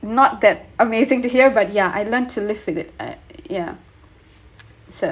not that amazing to hear but yeah I learnt to live with it I yeah so